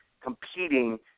competing